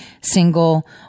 single